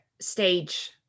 stage